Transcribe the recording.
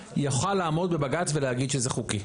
יוכל לעמוד בבג"ץ ולהגיד שזה חוקי.